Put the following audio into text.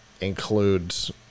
includes